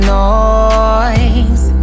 noise